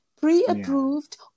pre-approved